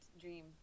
dream